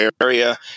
area